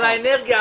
על האנרגיה,